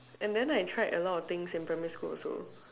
and then I tried a lot of things in primary school also